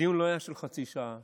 הדיון לא היה של חצי שעה,